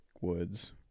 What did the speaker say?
woods